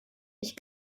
ich